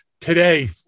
today